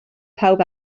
pawb